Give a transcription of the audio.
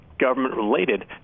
government-related